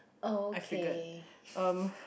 okay